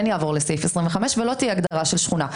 יעבור לסעיף 25 ולא תהיה הגדרה של שכונה.